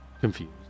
confused